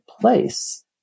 place